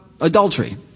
adultery